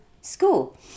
school